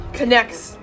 connects